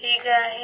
ठीक आहे